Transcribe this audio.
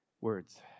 words